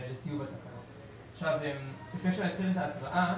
לפני שאני אתחיל את ההקראה,